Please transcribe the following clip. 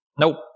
Nope